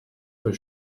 for